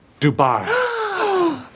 Dubai